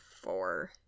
four